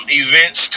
events